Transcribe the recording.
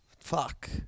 Fuck